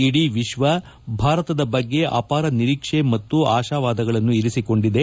ಇಡೀ ವಿಶ್ವ ಭಾರತದ ಬಗ್ಗೆ ಅಪಾರ ನಿರೀಕ್ಷೆ ಮತ್ತು ಆಶಾವಾದಗಳನ್ನು ಇರಿಸಿಕೊಂಡಿದೆ